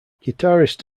guitarist